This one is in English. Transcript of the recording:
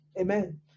Amen